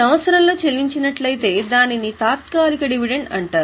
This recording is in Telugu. సంవత్సరంలో చెల్లించినట్లయితే దానిని తాత్కాలిక డివిడెండ్ అంటారు